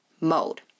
mode